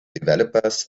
developers